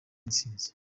intsinzi